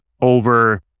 over